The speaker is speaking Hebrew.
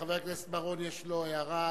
לחבר הכנסת בר-און יש הערה לסדר,